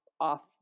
off